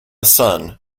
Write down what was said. son